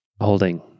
holding